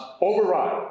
override